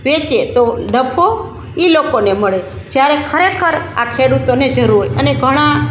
વેચે તો નફો એ લોકોને મળે જ્યારે ખરેખર આ ખેડૂતોને જરૂર હોય અને ઘણા